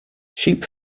sheep